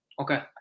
Okay